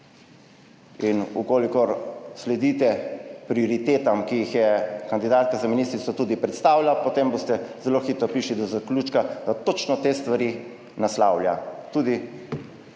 In v kolikor sledite prioritetam, ki jih je kandidatka za ministrico tudi predstavila, potem boste zelo hitro prišli do zaključka, da točno te stvari naslavlja tudi